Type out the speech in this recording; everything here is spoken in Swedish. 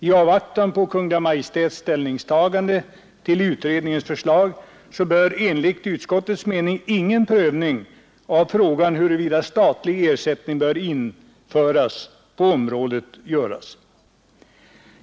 I avvaktan på Kungl. Maj:ts ställningstagande till utredningens förslag bör enligt utskottets mening ingen prövning nu göras av frågan huruvida statlig ersättning skall införas på området.